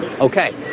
Okay